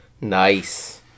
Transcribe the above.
Nice